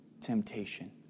temptation